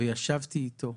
וישבתי איתו.